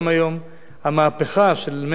המהפכה של 100 השנים האחרונות,